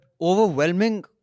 overwhelming